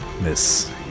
Miss